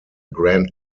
grand